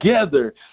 together